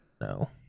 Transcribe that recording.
No